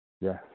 Yes